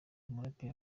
umuraperi